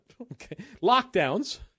Lockdowns